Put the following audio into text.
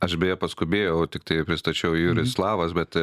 aš beje paskubėjau tiktai pristačiau juris slavas bet